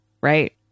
right